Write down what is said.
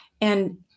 And-